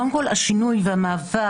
קודם כול, השינוי והמעבר.